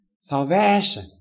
Salvation